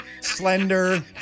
slender